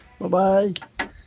Bye-bye